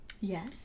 Yes